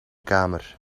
kamer